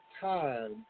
time